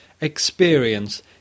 experience